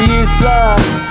useless